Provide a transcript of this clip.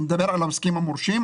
אני מדבר על העוסקים המורשים.